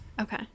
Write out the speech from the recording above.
Okay